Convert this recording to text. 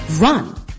run